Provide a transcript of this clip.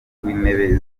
w’intebe